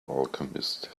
alchemist